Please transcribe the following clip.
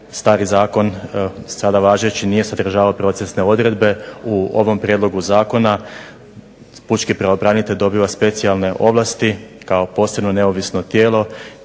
stari zakon, sada važeći nije sadržavao procesne odredbe. U ovom prijedlogu zakona pučki pravobranitelj dobiva specijalne ovlasti kao posebno neovisno tijelo,